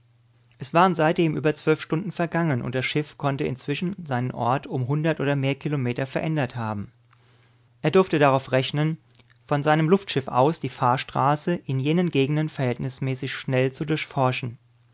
es waren seitdem über zwölf stunden vergangen und das schiff konnte inzwischen seinen ort um hundert und mehr kilometer verändert haben er durfte darauf rechnen von seinem luftschiff aus die fahrstraße in jenen gegenden verhältnismäßig schnell zu durchforschen